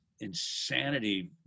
insanity